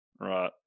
Right